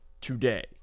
today